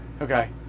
okay